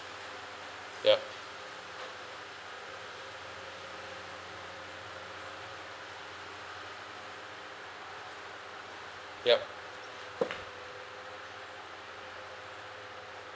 yup yup